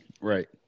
Right